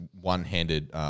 one-handed